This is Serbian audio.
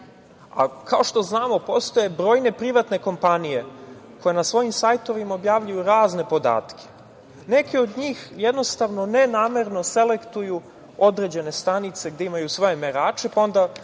Kao što znamo postoje brojne privatne kompanije koje na svojim sajtovima objavljuju razne podatke. Neke od njih jednostavno ne namerno selektuju određene stanice gde imaju svoje merače, pa onda